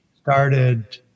started